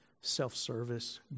self-service